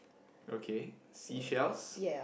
okay seashells